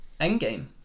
Endgame